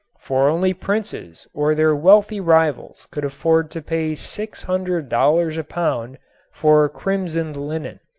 for only princes or their wealthy rivals could afford to pay six hundred dollars a pound for crimsoned linen.